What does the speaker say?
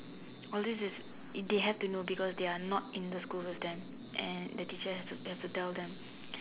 all this is they have to know because they are not in the school with them and the teacher has to tell them